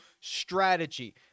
strategy